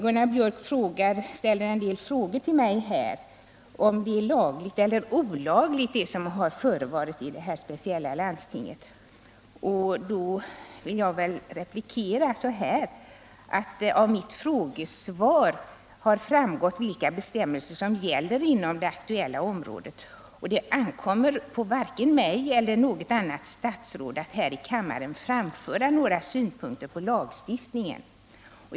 Gunnar Biörck ställde också ett par frågor till mig i sitt anförande. Han frågade om det som förevarit i det här speciella landstinget är lagligt eller olagligt. Jag vill då replikera att av mitt frågesvar har framgått vilka bestämmelser som gäller inom det aktuella området. Det ankommer varken på mig eller på något annat statsråd att här i kammaren framföra några synpunkter på lagstiftningen.